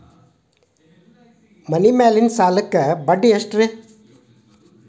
ಮನಿ ಮೇಲಿನ ಸಾಲಕ್ಕ ಬಡ್ಡಿ ಎಷ್ಟ್ರಿ?